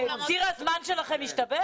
ציר הזמן שלכם השתבש?